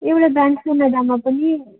एउटा ब्रान्च सोनादामा पनि